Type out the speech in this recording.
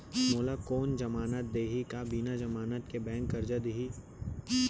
मोला कोन जमानत देहि का बिना जमानत के बैंक करजा दे दिही?